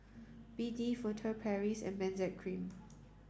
B D Furtere Paris and Benzac cream